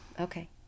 Okay